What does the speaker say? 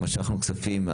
מה שאנחנו מצפים,